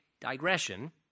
digression